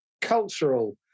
cultural